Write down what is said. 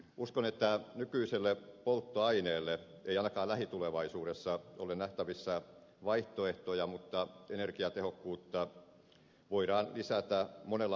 uskon että nykyiselle polttoaineelle ei ainakaan lähitulevaisuudessa ole nähtävissä vaihtoehtoja mutta energiatehokkuutta voidaan lisätä monella muulla tavalla